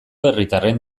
herritarren